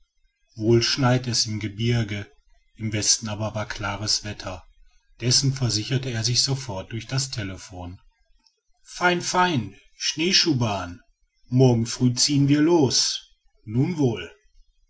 wohl schneite es im gebirge im westen aber war klares wetter dessen versicherte er sich sofort durch das telephon fein feine schneeschuhbahn morgen früh ziehen wir los nun wohl